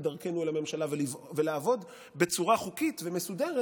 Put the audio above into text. דרכנו לממשלה ולעבוד בצורה חוקית ומסודרת,